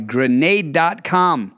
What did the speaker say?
Grenade.com